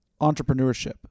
entrepreneurship